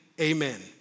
amen